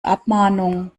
abmahnung